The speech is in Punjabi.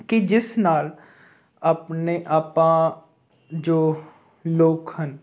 ਕਿ ਜਿਸ ਨਾਲ ਆਪਣੇ ਆਪਾਂ ਜੋ ਲੋਕ ਹਨ